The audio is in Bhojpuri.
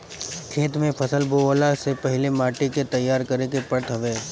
खेत में फसल बोअला से पहिले माटी के तईयार करे के पड़त हवे